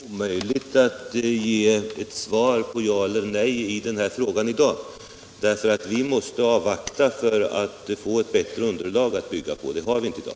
Herr talman! Det är omöjligt att svara ja eller nej på den frågan i dag. Vi måste avvakta för att få fram ett bättre underlag att bygga på än det vi har i dag.